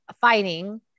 fighting